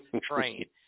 train